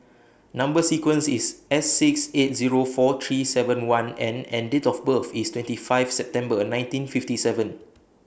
Number sequence IS S six eight Zero four three seven one N and Date of birth IS twenty five September nineteen fifty seven